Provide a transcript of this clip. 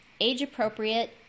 Age-appropriate